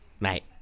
Mate